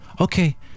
okay